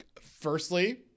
Firstly